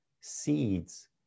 seeds